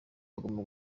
bagomba